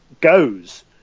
goes